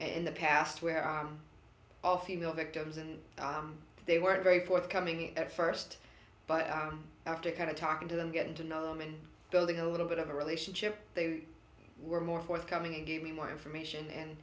in the past where are all female victims and they were very forthcoming at first but after kind of talking to them getting to know them and building a little bit of a relationship they were more forthcoming and gave me more information and